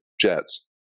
Jets